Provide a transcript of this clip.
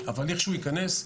אבל לכשהוא ייכנס,